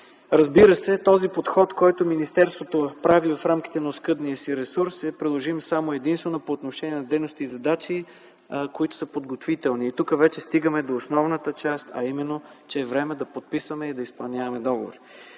себе си. Този подход на министерството в рамките на оскъдния си ресурс е приложим само и единствено по отношение на дейности и задачи, които са подготвителни. Тук вече стигаме до основната част, а именно че е време да подписваме и да изпълняваме договори.